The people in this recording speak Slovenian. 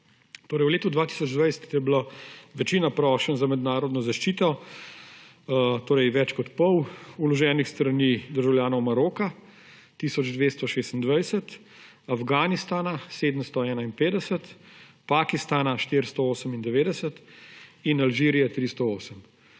V letu 2020 je bila večina prošenj za mednarodno zaščito, torej več kot pol, vloženih s strani državljanov Maroka tisoč 226, Afganistana 751, Pakistana 498 in Alžirije 308.